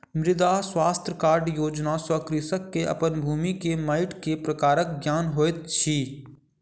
मृदा स्वास्थ्य कार्ड योजना सॅ कृषक के अपन भूमि के माइट के प्रकारक ज्ञान होइत अछि